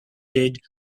did